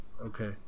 Okay